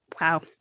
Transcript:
wow